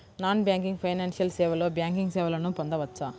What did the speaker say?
Non banking financial సేవలో banking సేవలను పొందవచ్చా?